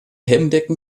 helmdecken